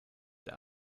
der